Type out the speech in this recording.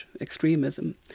extremism